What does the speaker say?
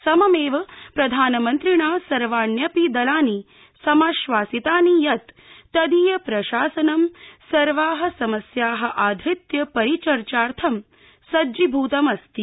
सममेव प्रधानमन्त्रिणा सर्वाण्यपि दलानि समाश्वासितानि यत् तदीय प्रशासनं सर्वाः समस्याः आध्रत्य परिचर्चार्थं सज्जीभूतमस्ति